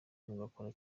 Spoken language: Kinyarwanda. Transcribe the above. mugakora